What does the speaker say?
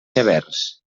severs